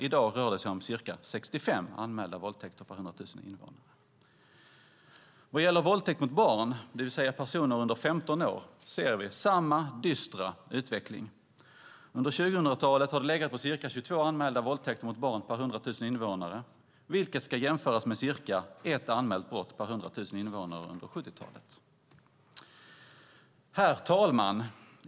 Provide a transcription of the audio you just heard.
I dag rör det sig om ca 65 anmälda våldtäkter per 100 000 invånare. Vad gäller våldtäkt mot barn, det vill säga personer under 15 år, ser vi samma dystra utveckling. Under 2000-talet har det legat på ca 22 anmälda våldtäkter mot barn per 100 000 invånare, vilket ska jämföras med cirka ett anmält brott per 100 000 invånare under 70-talet. Herr talman!